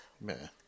man